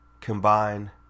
combine